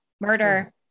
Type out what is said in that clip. Murder